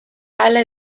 hala